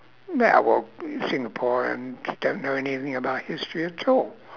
now well singaporeans don't know anything about history at all